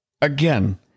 again